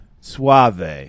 Suave